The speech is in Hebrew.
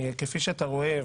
כפי שאתה רואה,